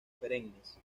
perennes